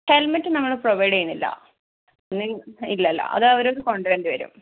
helmet നമ്മൾ provide ചെയ്യുന്നില്ല ഇല്ല ഇല്ല അത് അവരവർ കൊണ്ടുവരേണ്ടി വരും